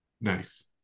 nice